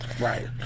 Right